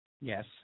Yes